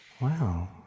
wow